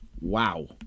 Wow